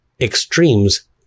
extremes